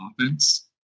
offense